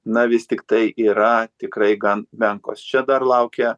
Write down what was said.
na vis tiktai yra tikrai gan menkos čia dar laukia